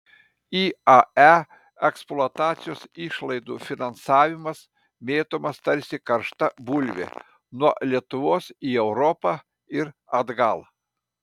iae eksploatacijos išlaidų finansavimas mėtomas tarsi karšta bulvė nuo lietuvos į europą ir atgal